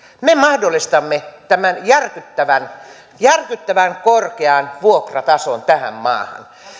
me mahdollistamme tämän järkyttävän järkyttävän korkean vuokratason tähän maahan